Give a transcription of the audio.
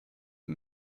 ihm